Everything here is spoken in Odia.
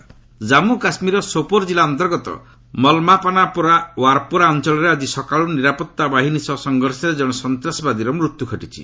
ଜେକେ ଏନ୍କାଉଣ୍ଟର୍ ଜନ୍ମୁ କାଶ୍ମୀରର ସୋପୋର୍ ଜିଲ୍ଲା ଅନ୍ତର୍ଗତ ମଲ୍ମାପାନପୋରା ୱାର୍ପୋରା ଅଞ୍ଚଳରେ ଆଜି ସକାଳୁ ନିରାପତ୍ତା ବାହିନୀ ସହ ସଂଘର୍ଷରେ ଜଣେ ସନ୍ତାସବାଦୀର ମୃତ୍ୟୁ ଘଟିଛି